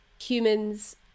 humans